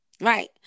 right